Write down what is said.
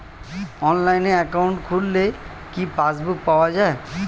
অনলাইনে একাউন্ট খুললে কি পাসবুক পাওয়া যায়?